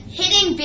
hitting